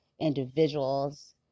individuals